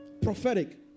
prophetic